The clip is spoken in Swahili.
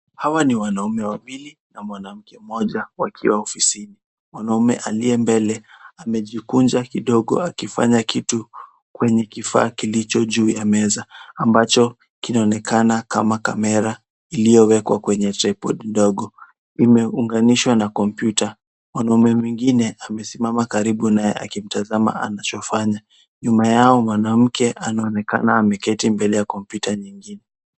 Hawa ni wanaume wawili na mwanamke mmoja wakiwa ofisini. Mwanaume aliye mbele amejikunja kidogo akifanya kitu kwenye kifaa kilicho juu ya meza ambacho kinaonekana kama kamera iliyowekwa kwenye shepu ndogo. Imeunganishwa kwenye kompyuta. Mwanaume mwingine amesimama karibu naye akimtazama anachofanya. Nyuma yao mwanamke anaonekana ameketi mbele ya kompyuta nyingine.